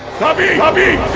sabi! sabi!